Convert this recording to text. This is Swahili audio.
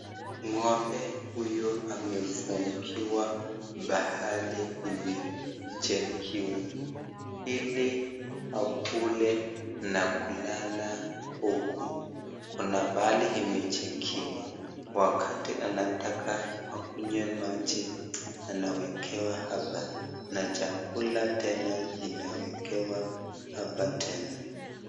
Ng'ombe huyu amefunguwa pahali amejengewa hili akule na kulala huku . Kuna pahali imejengewa wakati anataka akunywe maji anawekewa hapa na chakula tena inawekewa hapa tena.